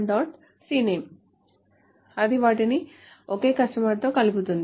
cname అది వాటిని ఒకే కస్టమర్తో కలుపుతుంది